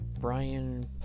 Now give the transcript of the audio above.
Brian